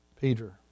Peter